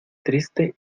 triste